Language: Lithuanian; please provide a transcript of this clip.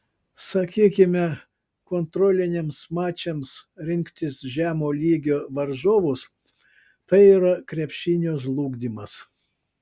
sakykime kontroliniams mačams rinktis žemo lygio varžovus tai yra krepšinio žlugdymas